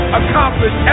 accomplish